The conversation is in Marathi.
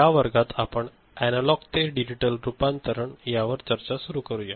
या वर्गात आपण एनालॉग ते डिजिटल रूपांतरण यावर चर्चा सुरू करुया